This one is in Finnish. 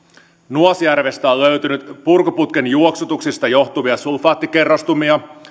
nuasjärvestä on on löytynyt purkuputken juoksutuksista johtuvia sulfaattikerrostumia